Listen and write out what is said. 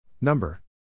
Number